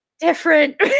different